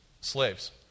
slaves